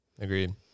agreed